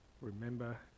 remember